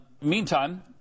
meantime